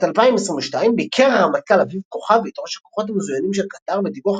בשנת 2022 ביקר הרמטכ"ל אביב כוכבי את ראש הכוחות המזוינים של קטר בתיווך